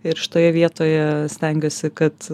ir šitoje vietoje stengiuosi kad